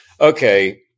okay